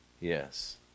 Yes